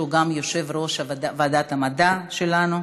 שהוא גם יושב-ראש ועדת המדע שלנו,